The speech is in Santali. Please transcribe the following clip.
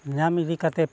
ᱧᱟᱢ ᱤᱫᱤ ᱠᱟᱛᱮᱫ